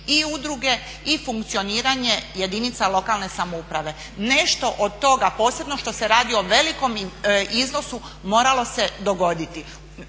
i udruge i funkcioniranje jedinica lokalne samouprave. Nešto od toga posebno što se radi o velikom iznosu moralo se dogoditi.